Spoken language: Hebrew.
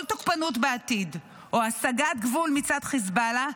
כל תוקפנות בעתיד או השגת גבול מצד חיזבאללה,